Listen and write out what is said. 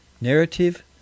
Narrative